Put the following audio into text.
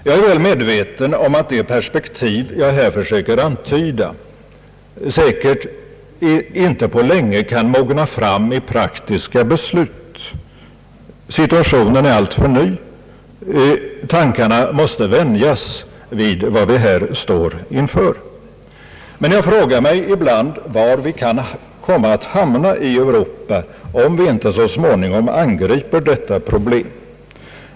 Jag är väl medveten om att de perspektiv jag här försöker antyda säkert inte på länge kan mogna fram i praktiska beslut. Situationen är alltför ny, tankarna måste vänjas vid vad vi här står inför. Men jag frågar mig ibland var vi kan hamna i Europa, om vi inte så småningom angriper detta problem.